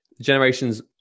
generations